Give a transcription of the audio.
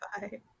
bye